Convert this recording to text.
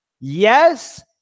Yes